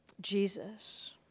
Jesus